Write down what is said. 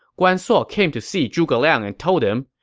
guan suo came to see zhuge liang and told him,